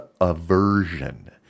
aversion